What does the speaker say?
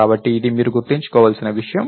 కాబట్టి ఇది మీరు గుర్తుంచుకోవలసిన విషయం